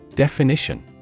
Definition